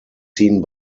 seen